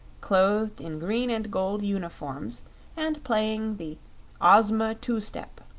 clothed in green-and-gold uniforms and playing the ozma two-step.